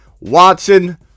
Watson